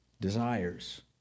desires